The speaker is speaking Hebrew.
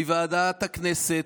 מוועדת הכנסת,